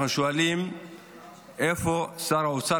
אנחנו שואלים איפה שר האוצר,